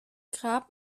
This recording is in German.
grab